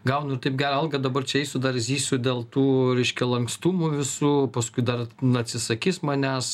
gaunu ir taip gerą algą dabar čia eisiu dar zysiu dėl tų reiškia lankstumų visų paskui dar atsisakys manęs